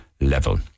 level